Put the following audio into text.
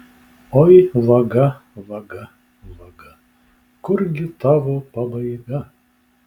oi vaga vaga vaga kurgi tavo pabaiga